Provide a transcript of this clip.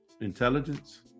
intelligence